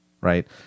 right